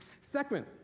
Second